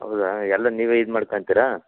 ಹೌದಾ ಎಲ್ಲ ನೀವೇ ಇದು ಮಾಡ್ಕೊತೀರಾ